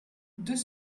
deux